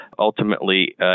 ultimately